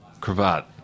cravat